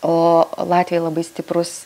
o latvijoj labai stiprus